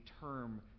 term